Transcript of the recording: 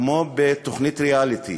כמו בתוכנית ריאליטי,